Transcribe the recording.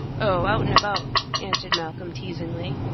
oh, about and about, answered malcolm, teasingly.